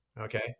Okay